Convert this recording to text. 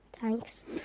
Thanks